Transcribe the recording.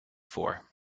for